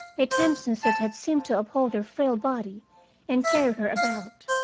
a tenseness that had seemed to uphold her frail body and carry her about.